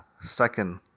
second